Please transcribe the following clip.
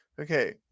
Okay